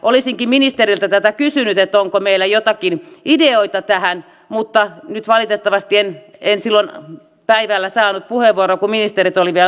olisinkin ministeriltä tätä kysynyt onko meillä joitakin ideoita tähän mutta valitettavasti en silloin päivällä saanut puheenvuoroa kun ministerit olivat vielä paikalla